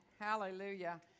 Hallelujah